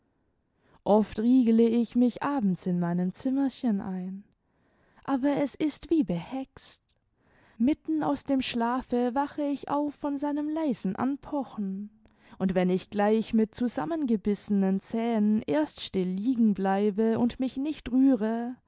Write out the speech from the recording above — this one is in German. oft riegele ich mich abends in meinem zimmerchen ein aber es ist wie behext mitten aus dem schlafe wache ich auf von sdnem leisen anpochen und wenn ich gleich mit zusammengebissenen zähnen erst still liegen bleibe und mich nicht rühre